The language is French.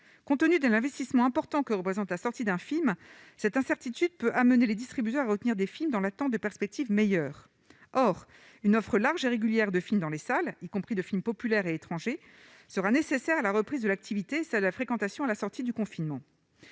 compte tenu de l'investissement important que représente la sortie d'un film, cette incertitude peut amener les distributeurs à retenir des films dans l'attente des perspectives meilleures or une offre large régulière de films dans les salles, y compris de films populaires étrangers sera nécessaire à la reprise de l'activité, ça la fréquentation à la sortie du confinement